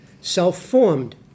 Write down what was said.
self-formed